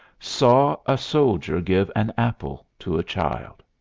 saw a soldier give an apple to a child.